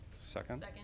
Second